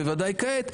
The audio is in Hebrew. בוודאי כעת,